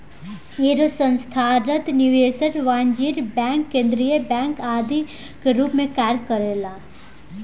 एगो संस्थागत निवेशक वाणिज्यिक बैंक केंद्रीय बैंक आदि के रूप में कार्य करेला